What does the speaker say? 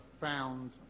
found